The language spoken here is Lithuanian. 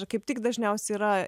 kaip tik dažniausiai yra